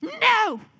no